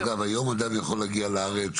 אגב היום אדם יכול להגיע לארץ